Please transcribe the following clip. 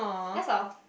that's all